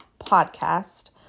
podcast